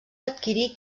adquirí